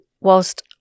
whilst